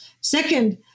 Second